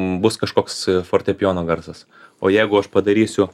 bus kažkoks fortepijono garsas o jeigu aš padarysiu